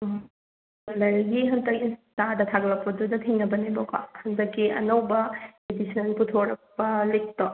ꯖ꯭ꯋꯦꯂꯦꯔꯤꯒꯤ ꯍꯟꯗꯛ ꯏꯟꯁꯇꯥꯗ ꯊꯥꯒꯠꯂꯛꯄꯗꯨꯗ ꯊꯦꯡꯅꯕꯅꯦꯕꯀꯣ ꯍꯟꯗꯛꯀꯤ ꯑꯅꯧꯕ ꯏꯗꯤꯁꯟ ꯄꯨꯊꯣꯔꯛꯄ ꯂꯤꯛꯇꯣ